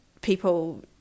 people